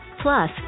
Plus